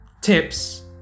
tips